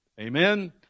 Amen